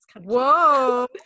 Whoa